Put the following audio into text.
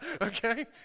Okay